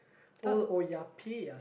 what does Oya-beh-ya~